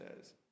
says